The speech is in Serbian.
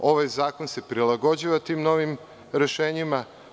Ovaj zakon se prilagođava tim novi rešenjima.